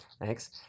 Thanks